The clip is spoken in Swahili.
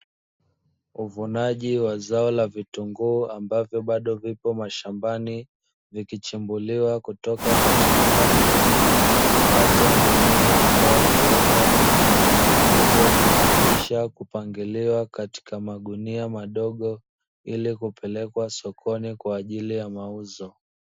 Uvunaji wa zao la vitunguu; ambavyo bado vipo mashambani, vikichimbuliwa kutoka katika ardhi na kukatwa mimea ambayo huota kwenye vitunguu hivyo, kisha kupangilia katika magunia madogo ili kupelekwa sokoni kwa ajili ya mauzo.